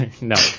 No